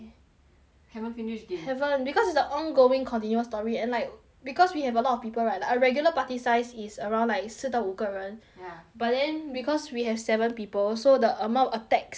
haven't finish game haven't because it's a ongoing continuous story and like because we have a lot of people right our regular party size is around like 四到五个人 ya but then because we have seven people so the amount of attacks like